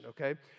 okay